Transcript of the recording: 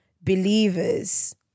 believers